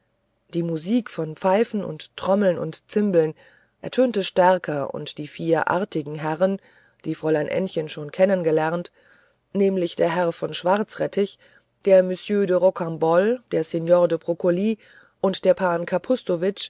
die musik von pfeifen und trommeln und zimbeln ertönte stärker und die vier artigen herrn die fräulein ännchen schon kennen gelernt nämlich der herr von schwarzrettig der monsieur de roccambolle der signor die broccoli und der